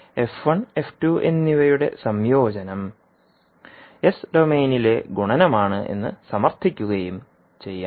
f1 f2 എന്നിവയുടെ സംയോജനം S ഡൊമെയ്നിലെ ഗുണനമാണ് എന്ന് സമർത്ഥിക്കുകയും ചെയ്യാം